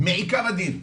מעיקר הדין,